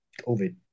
COVID